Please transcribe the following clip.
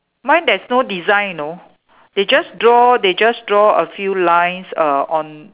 mine there's no design you know they just draw they just draw a few lines uh on